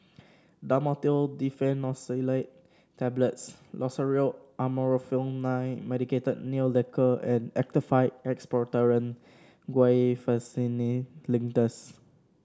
Dhamotil Diphenoxylate Tablets Loceryl Amorolfine Medicated Nail Lacquer and Actified Expectorant Guaiphenesin Linctus